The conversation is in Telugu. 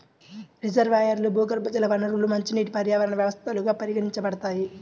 రిజర్వాయర్లు, భూగర్భజల వనరులు మంచినీటి పర్యావరణ వ్యవస్థలుగా పరిగణించబడతాయి